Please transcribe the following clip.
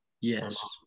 Yes